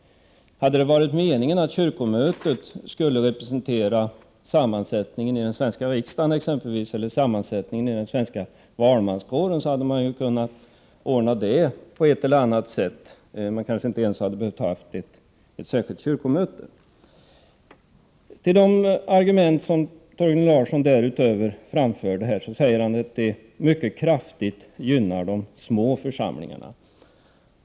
Om det hade varit meningen att kyrkomötet skulle motsvara sammansättningen i Sveriges riksdag eller i den svenska valmanskåren, hade den saken kunnat ordnas på ett annat sätt. Det skulle kanske inte ens ha behövts ett särskilt kyrkomöte. Ett argument som Torgny Larsson anförde var att de små församlingarna mycket kraftigt gynnas i detta sammanhang.